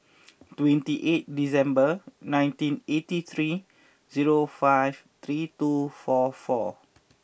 twenty eight December nineteen eighty three zero five three two four four